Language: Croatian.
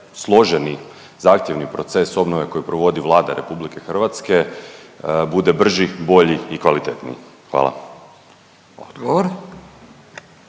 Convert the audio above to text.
složeni zahtjevni proces obnove koji provodi Vlada RH, bude brži, bolji i kvalitetniji? Hvala. **Radin,